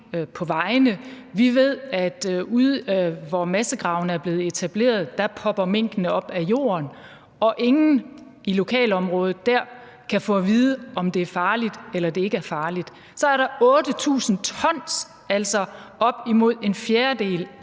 på vejene. Vi ved, at ude, hvor massegravene er blevet etableret, popper minkene op af jorden, og ingen i lokalområdet dér kan få at vide, om det er farligt, eller om det ikke er farligt. Der er 8.000 t, altså op imod en fjerdedel